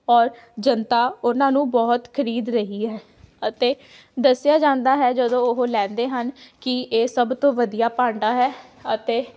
ਔਰ ਜਨਤਾ ਉਹਨਾਂ ਨੂੰ ਬਹੁਤ ਖਰੀਦ ਰਹੀ ਹੈ ਅਤੇ ਦੱਸਿਆ ਜਾਂਦਾ ਹੈ ਜਦੋਂ ਉਹ ਲੈਂਦੇ ਹਨ ਕਿ ਸਭ ਤੋਂ ਵਧੀਆ ਭਾਂਡਾ ਹੈ ਅਤੇ